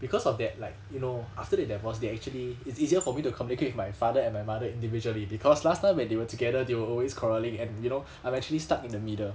because of that like you know after they divorced they actually it's easier for me to communicate with my father and my mother individually because last time when they were together they were always quarrelling and you know I'm actually stuck in the middle